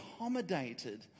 accommodated